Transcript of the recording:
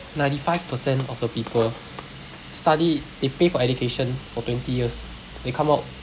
ninety five percent of the people study they pay for education for twenty years they come out